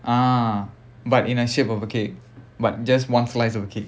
ah but in a shape of a cake but just one slice of a cake